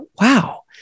wow